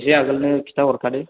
एसे आगोलनो खिन्थाहरखादो